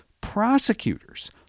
prosecutors